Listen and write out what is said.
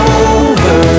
over